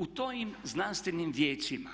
U tim znanstvenim vijećima